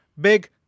big